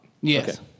Yes